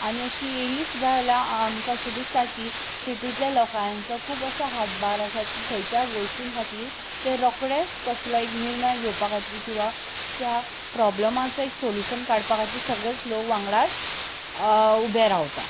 आनी अशी येयली सुद्दां जाल्या आमकां अशें दिसता की सिटींतल्या लोकांचो खूब असो हातबार आसा की खंयच्या गोश्टीं खातीर ते रोकडेच कसलोय निर्णय घेवपा खातीर किंवा त्या प्रोब्लेमा सयत सोलुशन काडपा खातीर सगले लोक वांगडाच उबे रावता